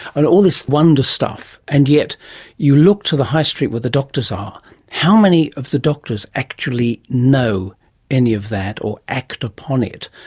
and all this wonder stuff, and yet you look to the high street where the doctors are, and how many of the doctors actually know any of that or act upon it?